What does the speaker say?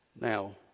now